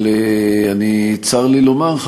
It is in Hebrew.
אבל צר לי לומר,